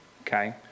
Okay